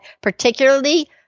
particularly